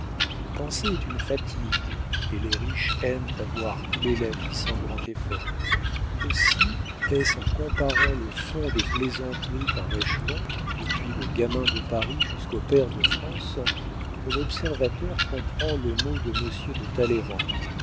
penser est une fatigue et les riches aiment à voir couler la vie sans grand effort aussi est-ce en comparant le fond des plaisanteries par échelons depuis le gamin de paris jusqu'au pair de france que l'observateur comprend le mot de monsieur de